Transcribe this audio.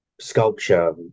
sculpture